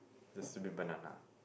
the stupid banana